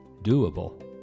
doable